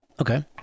Okay